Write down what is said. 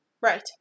Right